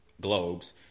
globes